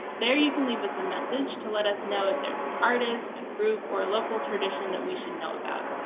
there, you can leave us a message to let us know if there's an artist, a group, or a local tradition that we should know about.